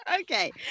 Okay